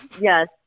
yes